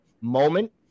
moment